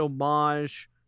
homage